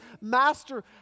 Master